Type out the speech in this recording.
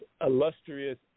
illustrious